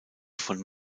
von